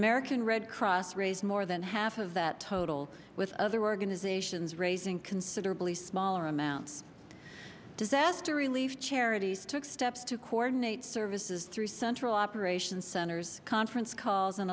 american red cross raised more than half of that total with other organizations raising considerably smaller amounts disaster relief charities took steps to coordinate services through central operation centers conference calls and